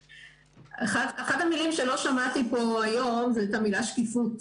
אחת המילים שלא שמעתי פה היום זה את המילה שקיפות.